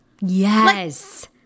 Yes